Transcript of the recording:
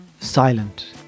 silent